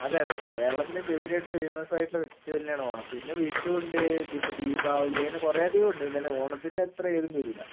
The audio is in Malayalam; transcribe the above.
അതെ അതെ കേരളത്തിലെ പേര് കേട്ട ഫെയ്മസ് ആയിട്ടുള്ള ഫെസ്റ്റിവൽ തന്നെയാണ് ഓണം പിന്നെ വിഷു ഉണ്ട് പിന്നെ ദീപാവലി അങ്ങനെ കുറെയധികം ഉണ്ട് എന്നാലും ഓണത്തിന്റെ അത്രയും എതും വരില്ല